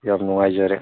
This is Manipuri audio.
ꯌꯥꯝ ꯅꯨꯡꯉꯥꯏꯖꯔꯦ